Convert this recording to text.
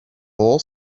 all